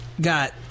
Got